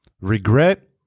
regret